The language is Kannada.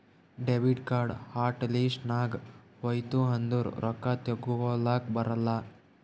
ಡೆಬಿಟ್ ಕಾರ್ಡ್ ಹಾಟ್ ಲಿಸ್ಟ್ ನಾಗ್ ಹೋಯ್ತು ಅಂದುರ್ ರೊಕ್ಕಾ ತೇಕೊಲಕ್ ಬರಲ್ಲ